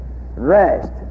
rest